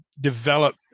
develop